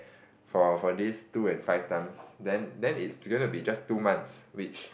for for this two and five times then then it's it's gonna be just two months which